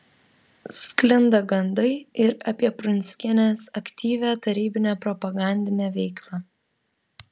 sklinda gandai ir apie prunskienės aktyvią tarybinę propagandinę veiklą